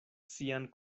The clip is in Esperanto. sian